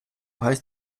heißt